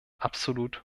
absolut